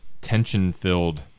tension-filled